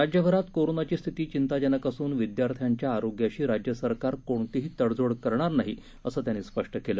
राज्यभरात कोरोनाची स्थिती चिंताजनक असून विद्यार्थ्यांच्या आरोग्याशी राज्यसरकार कोणतीही तडजोड करणार नाही असं त्यांनी स्पष्ट केलं